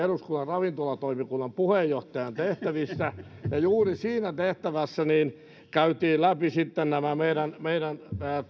eduskunnan ravintolatoimikunnan puheenjohtajan tehtävissä ja juuri siinä tehtävässä käytiin läpi sitten meidän meidän